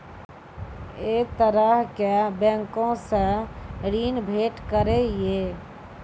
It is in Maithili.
ऐ तरहक बैंकोसऽ ॠण भेट सकै ये?